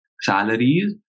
salaries